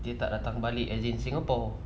dia tak datang balik as in singapore